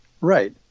Right